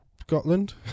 Scotland